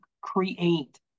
create